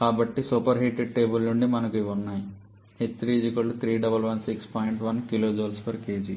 కాబట్టి super heated table నుండి మనకు ఇవి ఉన్నాయి మరియు